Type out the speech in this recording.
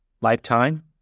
lifetime